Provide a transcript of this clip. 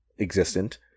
existent